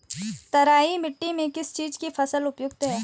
तराई मिट्टी में किस चीज़ की फसल उपयुक्त है?